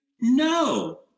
No